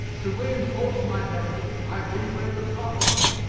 to reinforce my memory i re-read the prophecy